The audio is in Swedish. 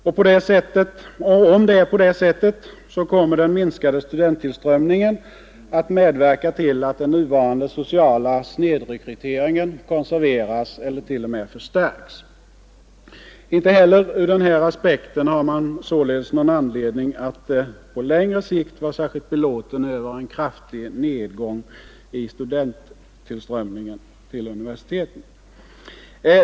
Om det är på det sättet, kommer den minskade studenttillströmningen att medverka till att den nuvarande sociala snedrekryteringen konserveras eller t.o.m. förstärks. Inte heller ur denna aspekt har man således någon anledning att på längre sikt vara särskilt belåten över en kraftig nedgång i studenttillströmningen till universiteten.